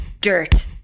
Dirt